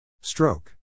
Stroke